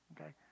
Okay